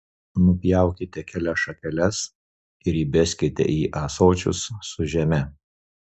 nupjaukite kelias šakeles ir įbeskite į ąsočius su žeme